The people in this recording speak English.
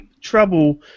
trouble